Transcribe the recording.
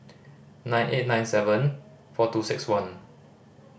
nine eight nine seven four two six one